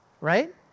right